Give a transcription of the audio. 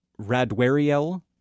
Radwariel